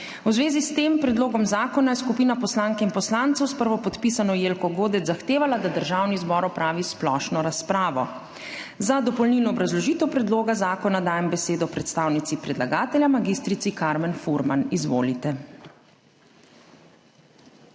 V zvezi s tem predlogom zakona je skupina poslank in poslancev s prvopodpisano Jelko Godec zahtevala, da Državni zbor opravi splošno razpravo. Za dopolnilno obrazložitev predloga zakona dajem besedo predstavnici predlagatelja mag. Karmen Furman. **MAG.